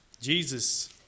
Jesus